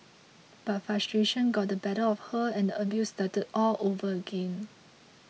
but frustration got the better of her and abuse started all over again